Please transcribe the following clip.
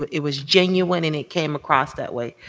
but it was genuine and it came across that way,